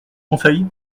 conseil